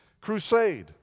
crusade